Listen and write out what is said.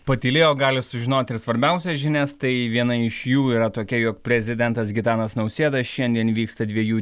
patylėjo gali sužinoti ir svarbiausias žinias tai viena iš jų yra tokia jog prezidentas gitanas nausėda šiandien vyksta dviejų